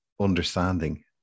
understanding